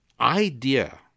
idea